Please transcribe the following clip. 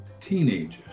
teenagers